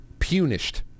punished